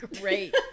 great